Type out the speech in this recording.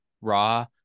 raw